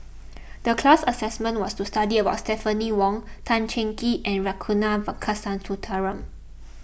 the class assignment was to study about Stephanie Wong Tan Cheng Kee and Ragunathar Kanagasuntheram